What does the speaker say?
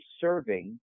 serving